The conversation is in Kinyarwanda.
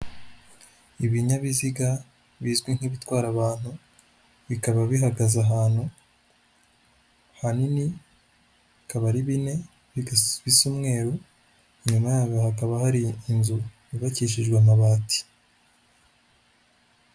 Ibinyabiziga bizwi nk'ibitwara abantu bikaba bihagaze ahantu hanini akaba ari bine bisa umweru, inyuma yaho hakaba hari inzu yubakishijwe amabati.